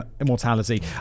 immortality